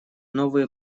новые